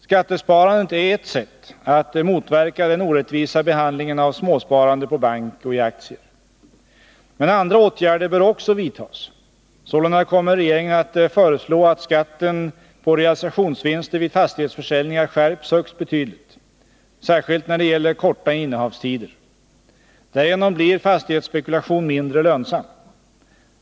Skattesparandet är ett sätt att motverka den orättvisa behandlingen av småsparande på bank och i aktier. Men andra åtgärder bör också vidtas. Sålunda kommer regeringen att föreslå, att skatten på realisationsvinster vid fastighetsförsäljningar skärps högst betydligt, särskilt när det gäller korta innehavstider. Därigenom blir fastighetsspekulation mindre lönsam.